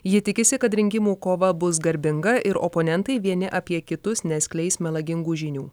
ji tikisi kad rinkimų kova bus garbinga ir oponentai vieni apie kitus neskleis melagingų žinių